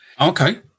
Okay